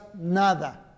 nada